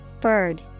Bird